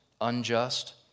unjust